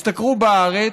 השתכרו בארץ,